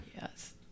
Yes